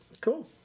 Cool